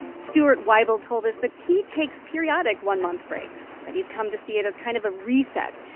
stuart weibel told us that he takes periodic one-month breaks, but he's come to see it as kind of a reset.